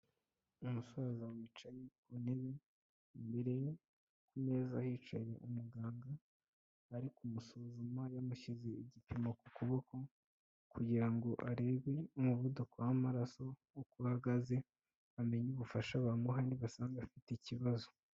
Umusaza wicaye ku ntebe, imbere ye ku meza hicaye umuganga ari kumusuzuma yamushyize igipimo ku kuboko kugira ngo arebe umuvuduko w'amaraso uko ahagaze, amenye ubufasha bamuha nibasanga afite ikibazo.